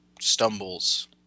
stumbles